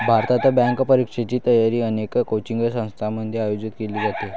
भारतात, बँक परीक्षेची तयारी अनेक कोचिंग संस्थांमध्ये आयोजित केली जाते